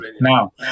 Now